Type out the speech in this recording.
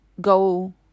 go